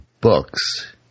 books